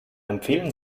empfehlen